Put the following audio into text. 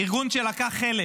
ארגון שלקח חלק